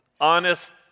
honest